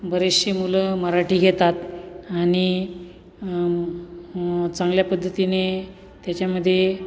बरेचसे मुलं मराठी घेतात आणि चांगल्या पद्धतीने त्याच्यामध्ये